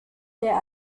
der